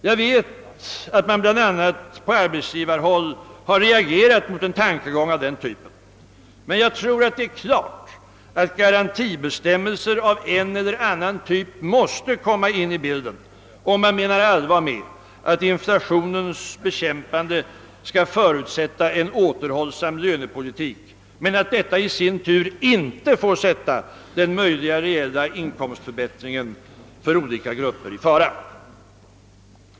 Jag vet att man bl.a. på arbetsgivarhåll har reagerat mot en tankegång av den typen, men jag tror att det är klart att garantibestämmelser av en eller annan typ måste komma in i bilden, om man menar allvar med att inflationens bekämpande skall förutsätta en återhållsam lönepolitik men att detta i sin tur inte får sätta den möjliga reella inkomstförbättringen för olika grupper i fara.